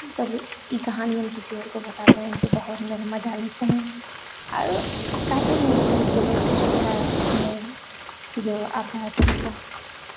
तब ई कहानी हम किसी और को बताते हैं तो बहुत मज़ा लेते हैं और कहते भी हैं कि चलो कुछ तो है तुम्हें जो आता है तुमको